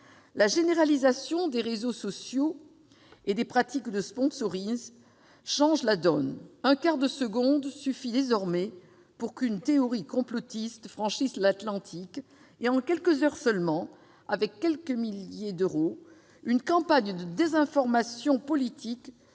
La généralisation des réseaux sociaux et des pratiques de change la donne : un quart de seconde suffit désormais pour qu'une théorie complotiste franchisse l'Atlantique, et en quelques heures seulement, avec quelques milliers d'euros, une campagne de désinformation politique